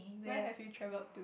where have you travelled